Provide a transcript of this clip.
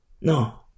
no